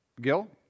Gil